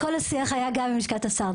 כל השיח היה גם עם לשכת השר.